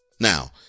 Now